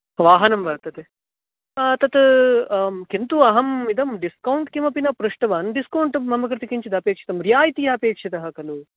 वाहनं वर्तते तत् किन्तु अहं डिस्कौण्ट् किमपि न पृष्टवान् डिस्कौण्ट् मम कृते किञ्चिदपेक्षितं रियायितिः अपेक्षितः खलु